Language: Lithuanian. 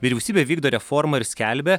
vyriausybė vykdo reformą ir skelbia